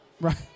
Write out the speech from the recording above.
Right